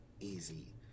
easy